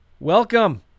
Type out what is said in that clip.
Welcome